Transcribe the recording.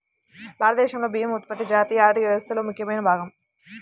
భారతదేశంలో బియ్యం ఉత్పత్తి జాతీయ ఆర్థిక వ్యవస్థలో ముఖ్యమైన భాగం